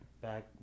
Back